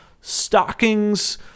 stockings